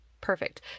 Perfect